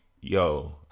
yo